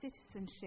citizenship